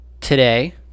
today